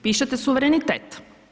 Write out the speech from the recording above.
Pišete suverenitet.